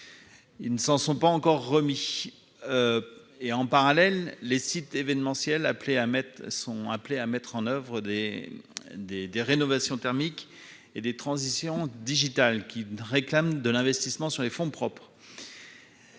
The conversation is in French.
ne s'en sont pas encore remis et, en parallèle, les sites événementiels sont appelés à mettre en oeuvre des rénovations thermiques et une transition digitale qui exigent des investissements sur fonds propres,